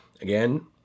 again